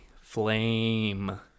Flame